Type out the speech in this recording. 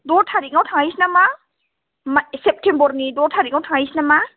द' थारिखाव थांनोसै नामा मा सेप्तेम्बरनि द' थारिखआव थांनोसै नामा